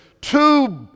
two